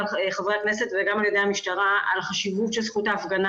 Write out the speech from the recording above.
על ידי חברי הכנסת וגם על ידי המשטרה על החשיבות של זכות ההפגנה